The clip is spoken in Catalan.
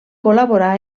col·laborà